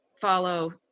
follow